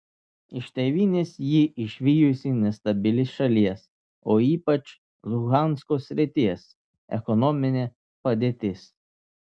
iš tėvynės jį išvijusi nestabili šalies o ypač luhansko srities ekonominė padėtis